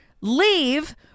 leave